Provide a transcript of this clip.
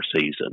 season